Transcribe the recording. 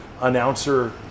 announcer